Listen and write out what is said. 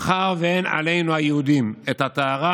מאחר שאין עלינו היהודים את הטהרה